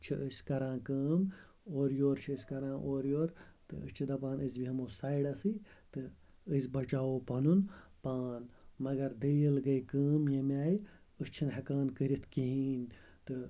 چھِ أسۍ کَران کٲم اورٕ یور چھِ أسۍ کَران اورٕ یور تہٕ أسۍ چھِ دَپان أسۍ بیٚہمو سایِڈَسٕے تہٕ أسۍ بَچاوو پَنُن پان مگر دٔلیٖل گٔے کٲم ییٚمہِ آیہٕ أسۍ چھِنہٕ ہیٚکان کٔرِتھ کِہیٖنۍ تہٕ